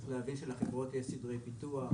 צריך להבין שלחברות יש סדרי פיתוח.